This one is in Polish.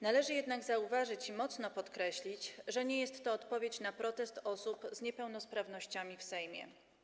Należy jednak zauważyć i mocno podkreślić, że nie jest to odpowiedź na protest osób z niepełnosprawnościami w Sejmie.